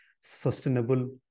Sustainable